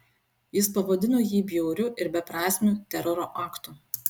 jis pavadino jį bjauriu ir beprasmiu teroro aktu